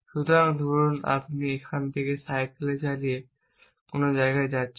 সুতরাং ধরুন আপনি এখান থেকে সাইকেল চালিয়ে কোনো জায়গায় যাচ্ছেন